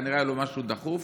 כנראה היה לו משהו דחוף,